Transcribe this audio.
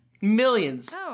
Millions